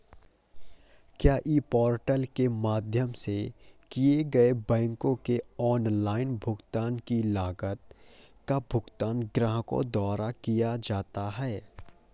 क्या e portal के माध्यम से किए गए बैंक के ऑनलाइन भुगतान की लागत का भुगतान ग्राहकों द्वारा किया जाता है?